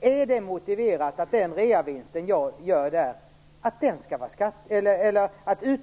Är det motiverat att utdelningen på dessa aktier skall vara skattefri?